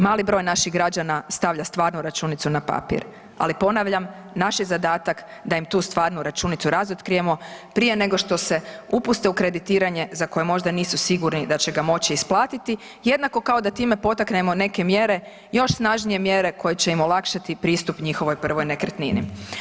Mali broj naših građana stavlja stvarno računicu na papir, ali ponavljam naš je zadatak da im tu stvarnu računicu razotkrijemo prije nego što se upuste u kreditiranje za koje možda nisu sigurni da će ga moći isplatiti, jednako kao da time potaknemo neke mjere još snažnije mjere koje će im olakšati pristup njihovoj prvoj nekretnini.